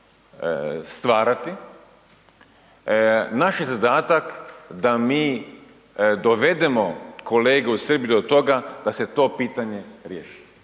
stvarati. Naš je zadatak da mi dovedemo kolege u Srbiji do toga da se to pitanje riješi.